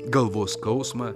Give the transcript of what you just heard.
galvos skausmą